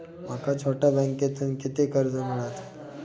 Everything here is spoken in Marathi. माका छोट्या बँकेतून किती कर्ज मिळात?